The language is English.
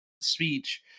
speech